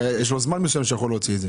הרי יש להם זמן מסוים עד להוצאה.